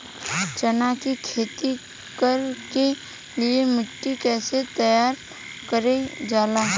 चना की खेती कर के लिए मिट्टी कैसे तैयार करें जाला?